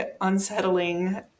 unsettling